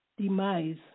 demise